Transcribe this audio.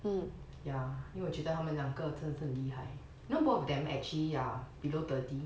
um ya 因为我觉得他们两个真的是很厉害 you know both of them actually are below thirty